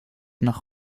nach